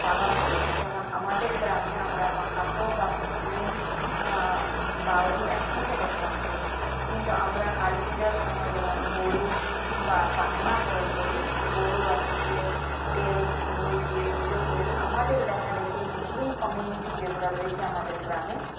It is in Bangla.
পালন করে যেমন আমাদের গ্রামে আমরা মাহাতো বা মুসলিম বাউড়ি একসঙ্গে বসবাস করি কিন্তু আমরা কালীপুজোর সময় যেমন গরু বা বান্দনা বরণ করি গরু বাছুরকে তেল সিঁদুর দিয়ে পুজো করি আমাদের দেখাদেখি মুসলিম কমিউনিটি যেগুলো রয়েছে আমাদের গ্রামে